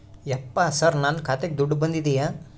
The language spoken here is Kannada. ಯಪ್ಪ ಸರ್ ನನ್ನ ಖಾತೆಗೆ ದುಡ್ಡು ಬಂದಿದೆಯ?